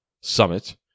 summit